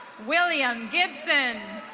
william gibson.